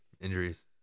Injuries